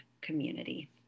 community